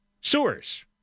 sewers